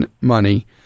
money